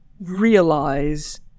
realize